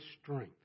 strength